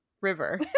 River